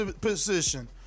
position